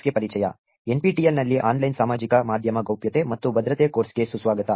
NPTEL ನಲ್ಲಿ online ಸಾಮಾಜಿಕ ಮಾಧ್ಯಮ ಗೌಪ್ಯತೆ ಮತ್ತು ಭದ್ರತೆ ಕೋರ್ಸ್ಗೆ ಸುಸ್ವಾಗತ